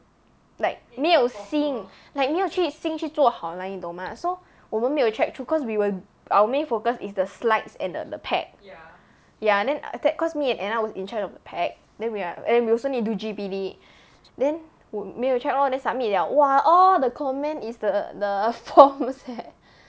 like 没有心 like 没有去心去做好来你懂吗 so 我们没有 check through cause we were our main focus is the slides and the the pack ya then after that cause me and anna was in charge of the pack then we are and then we also need to do G_P_D then 我没有 check lor then submit liao !wah! all the comment is the the forms leh